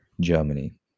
Germany